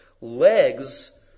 Legs